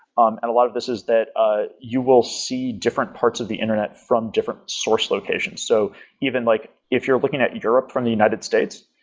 um and a lot of this is that ah you will see different parts of the internet from different source locations. so like if you're looking at europe from the united states,